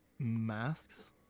Masks